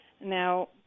Now